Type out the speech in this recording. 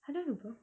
I don't know bro